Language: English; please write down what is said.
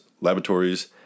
laboratories